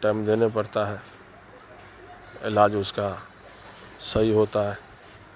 time دینے پڑتا ہے علاج اس کا صحیح ہوتا ہے